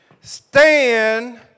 Stand